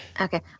Okay